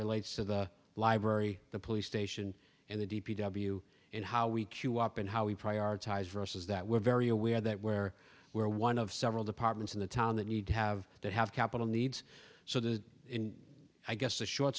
relates to the library the police station and the d p w and how we queue up and how we prioritize versus that we're very aware that where we're one of several departments in the town that need to have that have capital needs so the i guess the short